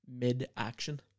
mid-action